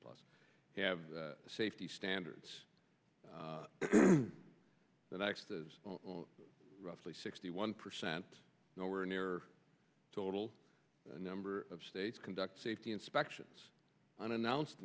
plus have safety standards the next roughly sixty one percent nowhere near total number of states conduct safety inspections unannounced